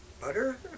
Butter